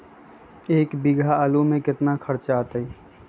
एक बीघा आलू में केतना खर्चा अतै?